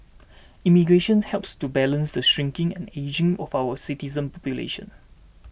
immigration helps to balance the shrinking and ageing of our citizen population